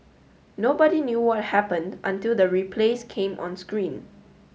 nobody knew what happened until the replays came on strain